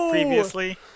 previously